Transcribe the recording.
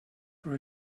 for